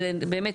באמת,